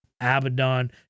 Abaddon